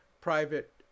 private